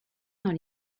dans